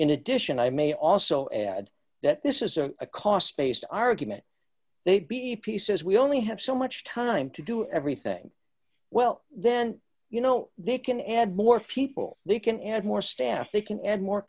in addition i may also add that this is a cost based argument they be pieces we only have so much time to do everything well then you know they can add more people they can add more staff they can add more